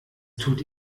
tut